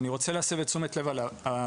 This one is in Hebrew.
אני רוצה להסב את תשומת לב הוועדה.